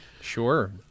Sure